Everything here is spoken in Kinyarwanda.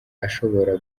ashobora